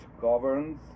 governs